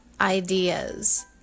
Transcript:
ideas